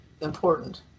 important